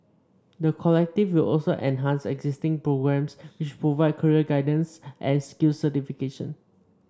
the Collective will also enhance existing programmes which provide career guidance and skills certification